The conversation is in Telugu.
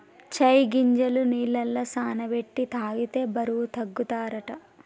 చై గింజలు నీళ్లల నాన బెట్టి తాగితే బరువు తగ్గుతారట